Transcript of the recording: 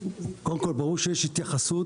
קודם כל, ברור שיש התייחסות.